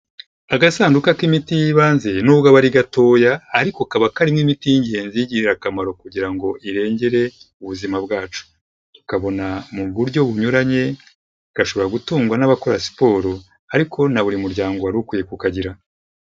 Agasanduka k'imiti y'ibanze n'ubwo aba ari gatoya ariko kaba karimo imiti y'ingenzi y'ingirakamaro kugira ngo irengere ubuzima bwacu, tukabona mu buryo bunyuranye, gashobora gutungwa n'abakora siporo, ariko na buri muryango wari ukwiye kukagira.